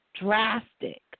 drastic